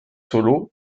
solos